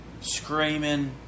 screaming